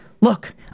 Look